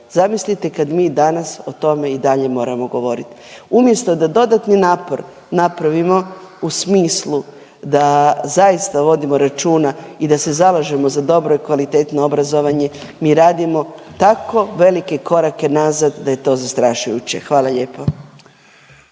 zamislite kad mi danas o tome i dalje moramo govorit. Umjesto da dodatni napor napravimo u smislu da zaista vodimo računa i da se zalažemo dobro i kvalitetno obrazovanje mi radimo tako velike korake nazad da je to zastrašujuće. Hvala lijepo.